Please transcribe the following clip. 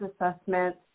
assessment